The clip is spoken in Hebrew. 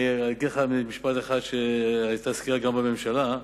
אני אגיד לך משפט אחד מסקירה שהיתה בממשלה.